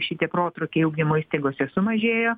šitie protrūkiai ugdymo įstaigose sumažėjo